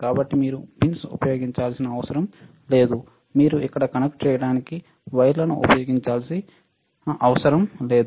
కాబట్టి మీరు పిన్స్ ఉపయోగించాల్సిన అవసరం లేదు మీరు ఇక్కడ కనెక్ట్ చేయడానికి వైర్లను ఉపయోగించాల్సిన అవసరం లేదు